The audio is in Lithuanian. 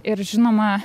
ir žinoma